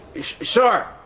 Sir